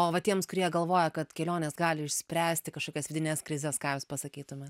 o va tiems kurie galvoja kad kelionės gali išspręsti kažkokias vidines krizes ką jūs pasakytumėt